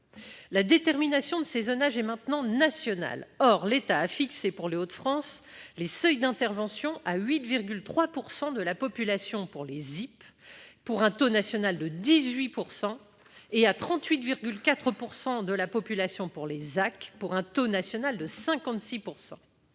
La détermination de ces zonages est maintenant nationale. Or l'État a fixé, pour les Hauts-de-France, les seuils d'intervention à 8,3 % de la population pour les ZIP, quand le taux national est de 18 %, et à 38,4 % de la population pour les ZAC, quand le taux national est de 56 %.